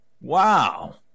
wow